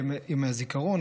עם הזיכרון,